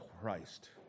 Christ